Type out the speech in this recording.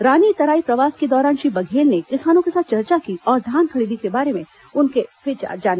रानीतराई प्रवास के दौरान श्री बघेल ने किसानों के साथ चर्चा की और धान खरीदी के बारे में उनके विचार जाने